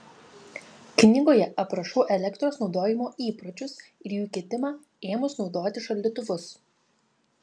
knygoje aprašau elektros naudojimo įpročius ir jų kitimą ėmus naudoti šaldytuvus